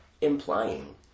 implying